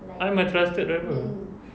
I'm a trusted driver